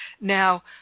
Now